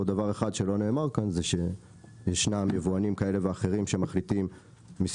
עוד דבר אחד שלא נאמר כאן זה שישנם יבואנים כאלה ואחרים שמחליטים מסיבות